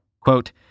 Quote